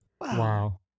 Wow